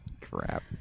Crap